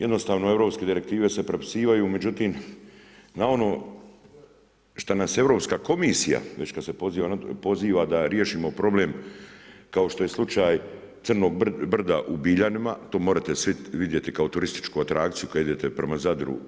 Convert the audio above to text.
Jednostavno europske direktive se prepisivaju, međutim na ono što nas Europska komisija, već kad se poziva da riješimo problem kao što je slučaj Crnog brda u Biljanima, to morate svi vidjeti kao turističku atrakciju kada idete prema Zadru.